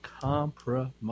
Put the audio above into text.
Compromise